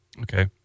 Okay